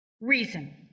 Reason